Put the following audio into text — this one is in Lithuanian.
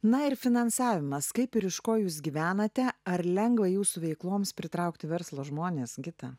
na ir finansavimas kaip ir iš ko jūs gyvenate ar lengva jūsų veikloms pritraukti verslo žmonės kita